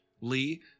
Lee